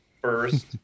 first